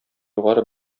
югары